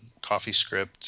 CoffeeScript